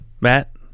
Matt